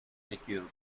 secured